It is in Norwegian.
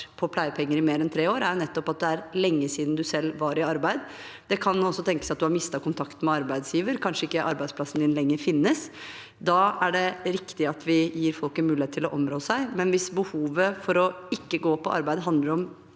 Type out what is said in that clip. på pleiepenger i mer enn tre år, er nettopp at det er lenge siden man selv var i arbeid. Det kan også tenkes at man har mistet kontakten med arbeidsgiver. Kanskje finnes ikke arbeidsplassen lenger. Da er det riktig at vi gir folk en mulighet til å områ seg, men hvis behovet for ikke å gå på arbeid handler om